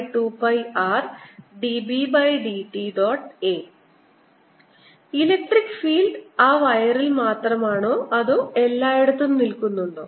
A electric field ആ വയറിൽ മാത്രമാണോ അതോ അത് എല്ലായിടത്തും നിലനിൽക്കുന്നുണ്ടോ